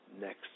next